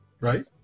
Right